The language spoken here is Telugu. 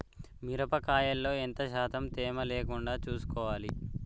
మిరప కాయల్లో ఎంత శాతం తేమ లేకుండా చూసుకోవాలి?